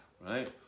right